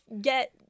get